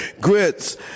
Grits